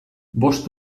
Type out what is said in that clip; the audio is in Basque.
bost